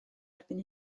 erbyn